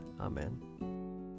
Amen